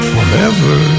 Forever